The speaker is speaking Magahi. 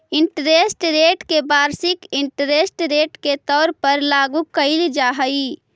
इंटरेस्ट रेट के वार्षिक इंटरेस्ट रेट के तौर पर लागू कईल जा हई